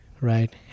right